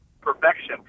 perfection